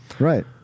Right